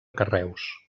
carreus